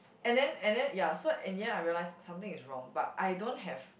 and then and then ya so in the end I realise something is wrong but I don't have